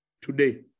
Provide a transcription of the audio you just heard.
today